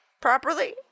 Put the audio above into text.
properly